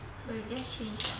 but you just change